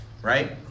Right